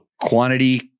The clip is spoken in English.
quantity